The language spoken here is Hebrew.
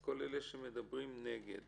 כל אלה שמדברים נגד